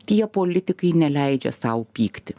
tie politikai neleidžia sau pykti